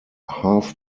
half